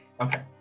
Okay